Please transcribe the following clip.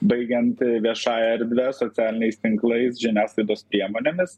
baigiant viešąja erdve socialiniais tinklais žiniasklaidos priemonėmis